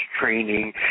training